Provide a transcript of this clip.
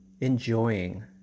enjoying